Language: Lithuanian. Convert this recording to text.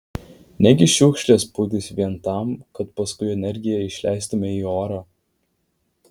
negi šiukšles pūdys vien tam kad paskui energiją išleistumei į orą